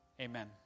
Amen